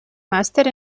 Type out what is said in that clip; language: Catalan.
màster